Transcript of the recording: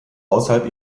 außerhalb